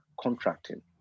contracting